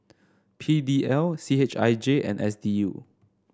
P D L C H I J and S D U